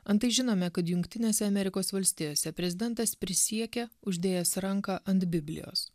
antai žinome kad jungtinėse amerikos valstijose prezidentas prisiekia uždėjęs ranką ant biblijos